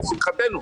לשמחתנו.